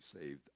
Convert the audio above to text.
saved